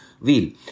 wheel